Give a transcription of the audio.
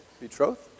betrothed